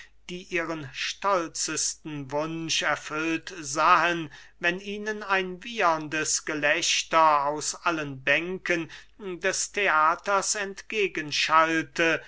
die ihren stolzesten wunsch erfüllt sahen wenn ihnen ein wieherndes gelächter aus allen bänken des theaters